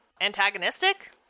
antagonistic